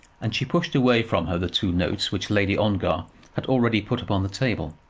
and she pushed away from her the two notes which lady ongar had already put upon the table.